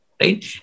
Right